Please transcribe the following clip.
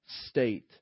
state